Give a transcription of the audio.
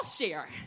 share